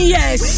Yes